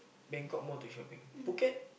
Bangkok more to shopping Phuket